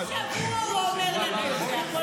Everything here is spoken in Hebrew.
כל שבוע הוא אומר לנו את זה.